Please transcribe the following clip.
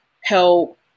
help